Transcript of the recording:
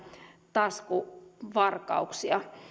taskuvarkauksia